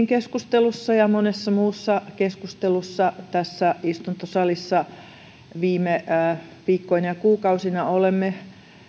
keskustelussa ja monessa muussa keskustelussa tässä istuntosalissa viime viikkoina ja kuukausina olemme